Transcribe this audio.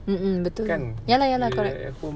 mm mm ya lah ya lah correct